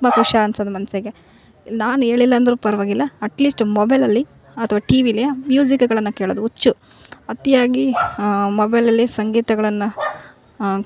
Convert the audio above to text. ತುಂಬ ಖುಷಿ ಅನ್ಸೋದು ಮನಸಿಗೆ ನಾನು ಹೇಳಿಲ್ಲಾ ಅಂದರು ಪರವಾಗಿಲ್ಲ ಅಟ್ ಲೀಸ್ಟು ಮೊಬೈಲ್ ಅಲ್ಲಿ ಅಥ್ವ ಟಿ ವೀಲಿ ಮ್ಯೂಸಿಕ್ಗಳನ್ನು ಕೇಳೋದು ಹುಚ್ಚು ಅತಿಯಾಗಿ ಮೊಬೈಲಲ್ಲಿ ಸಂಗೀತಗಳನ್ನು